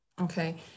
okay